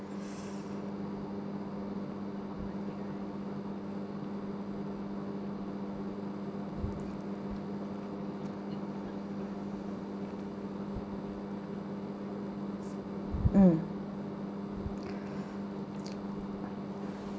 mm